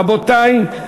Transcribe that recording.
רבותי,